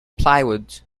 plywood